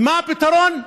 ומה הפתרון?